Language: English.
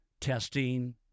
testing